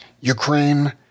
Ukraine